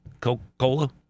Coca-Cola